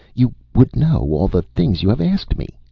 you would know all the things you have asked me.